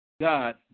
God